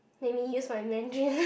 make me use my Mandarin